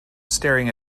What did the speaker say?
staring